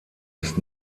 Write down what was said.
ist